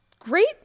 Great